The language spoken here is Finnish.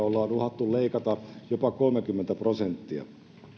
ollaan uhattu leikata jopa kolmekymmentä prosenttia